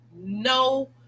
no